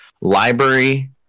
Library